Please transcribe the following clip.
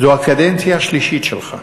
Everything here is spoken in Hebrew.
זו הקדנציה השלישית שלך.